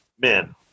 men